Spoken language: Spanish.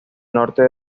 norte